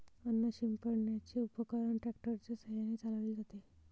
अन्न शिंपडण्याचे उपकरण ट्रॅक्टर च्या साहाय्याने चालवले जाते